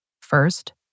First